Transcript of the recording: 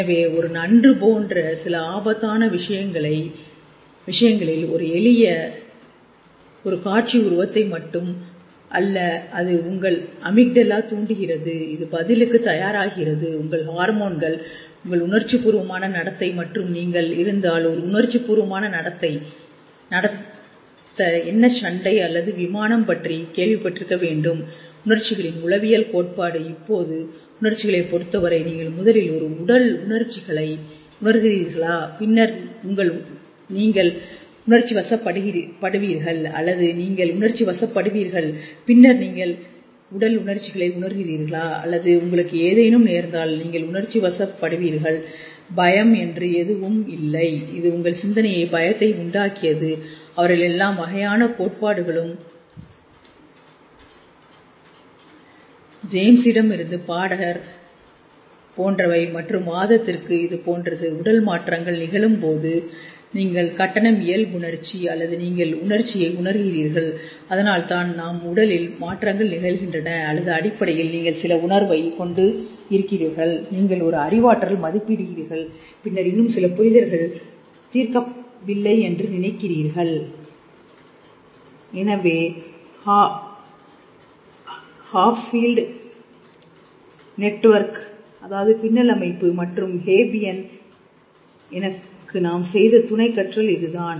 எனவே ஒரு நண்டு போன்ற சில ஆபத்தான விஷயங்களில் ஒரு எளிய ஆர் ஸ்பான்சர் ஒரு காட்சி உருவத்தை மட்டும் அல்ல அது உங்கள் அமிக்டலா தூண்டுகிறது இது பதிலுக்கு தயாராகிறது உங்கள் ஹார்மோன்கள் உங்கள் உணர்ச்சிபூர்வமான நடத்தை மற்றும் நீங்கள் இருந்தால் ஒரு உணர்ச்சிப்பூர்வமான நடத்த என்ன சண்டை அல்லது விமானம் பற்றி கேள்விப் பட்டிருக்க வேண்டும் உணர்ச்சிகளின் உளவியல் கோட்பாடு இப்போது உணர்ச்சிகளை பொறுத்தவரை நீங்கள் முதலில் ஒரு உடல் உணர்ச்சிகளை உணர்கிறீர்களா பின்னர் நீங்கள் உணர்ச்சிவசப்படுவீர்கள் அல்லது நீங்கள் உணர்ச்சிவசப்படுவீர்கள் பின்னர் நீங்கள் உடல் உணர்ச்சிகளை உணர்கிறீர்களா அல்லது உங்களுக்கு ஏதேனும் நேர்ந்தால் நீங்கள் உணர்ச்சிவசப்படுவீர்கள் பயம் என்று எதுவும் இல்லை இது உங்கள் சிந்தனையை பயத்தை உண்டாக்கியது அவர்கள் எல்லா வகையான கோட்பாடுகளும் ஜேம்ஸ் இடமிருந்து பாடகர் பீரங்கி போன்றவை மற்றும் வாதத்திற்கு இது போன்றது உடல் மாற்றங்கள் நிகழும்போது நீங்கள் கட்டணம் இயல்புணர்ச்சி அல்லது நீங்கள் உணர்ச்சியை உணர்கிறீர்கள் அதனால் தான் உடலில் மாற்றங்கள் நிகழ்கின்றன அல்லது அடிப்படையில் நீங்கள் சில உணர்வை கொண்டு இருக்கிறீர்கள் நீங்கள் ஒரு அறிவாற்றல் மதிப்பிடுகிறீர்கள் பின்னர் இன்னும் சில புரிதல்களை தீர்க்கவில்லை என்று நினைக்கிறீர்கள் எனவே காஃப்பீல்டு நெட்வொர்க் பின்னல் அமைப்பு மற்றும் ஹேப்பியன் எனக்கு நாம் செய்த துணை கற்றல் இதுதான்